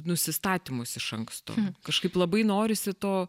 nusistatymus iš anksto kažkaip labai norisi to